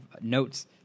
notes